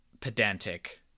pedantic